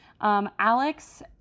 Alex